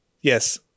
Yes